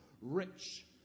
rich